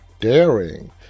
daring